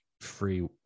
free